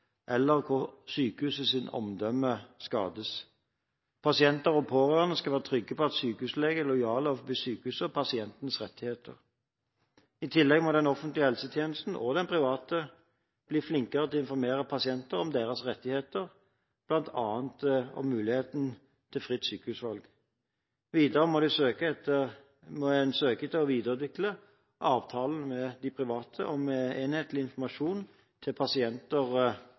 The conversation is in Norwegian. hvor habiliteten svekkes, eller hvor sykehusets omdømme skades. Pasienter og pårørende skal være trygge på at sykehusleger er lojale overfor sykehuset og pasientens rettigheter. I tillegg må den offentlige helsetjenesten, og den private, bli flinkere til å informere pasienter om deres rettigheter, bl.a. om muligheten til fritt sykehusvalg. Videre må en søke å videreutvikle avtalen med de private om enhetlig informasjon til pasienter